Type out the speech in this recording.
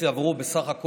להוציא אותו, בבקשה.